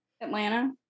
Atlanta